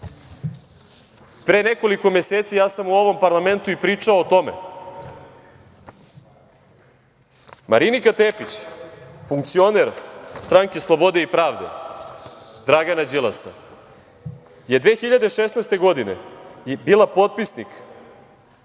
Pre nekoliko meseci ja sam u ovom parlamentu i pričao o tome. Marinika Tepić, funkcioner Stranke slobode i pravde Dragana Đilasa, je 2016. godine bila potpisnik